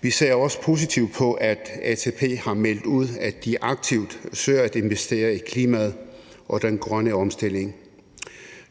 Vi ser også positivt på, at ATP har meldt ud, at de aktivt søger at investere i klimaet og den grønne omstilling.